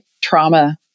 trauma